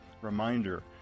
reminder